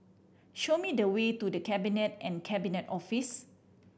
show me the way to The Cabinet and Cabinet Office